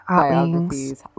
biographies